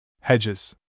Hedges